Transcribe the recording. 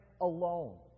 alone